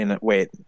Wait